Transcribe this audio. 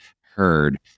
heard